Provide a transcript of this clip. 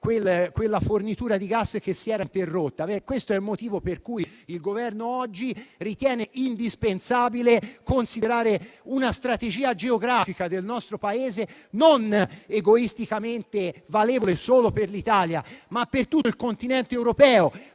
quella fornitura di gas che si era interrotta. Questo è il motivo per cui il Governo oggi ritiene indispensabile considerare una strategia geografica del nostro Paese non egoisticamente valevole solo per l'Italia, ma per tutto il Continente europeo